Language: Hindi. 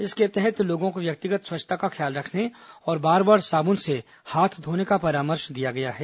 इसके तहत लोगों को व्यक्तिगत स्वच्छता का ख्याल रखने और बार बार साबुन से हाथ धोने का परामर्श दिया गया है